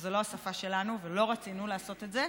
שזו לא השפה שלנו ולא רצינו לעשות את זה,